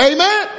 Amen